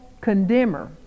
condemner